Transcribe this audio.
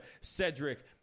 Cedric